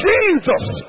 Jesus